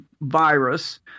virus